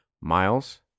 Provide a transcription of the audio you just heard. Miles